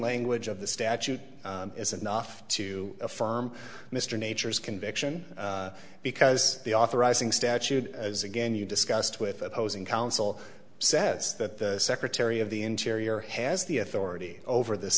language of the statute is enough to affirm mr nature's conviction because the authorizing statute as again you discussed with opposing counsel says that the secretary of the interior has the authority over this